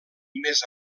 mes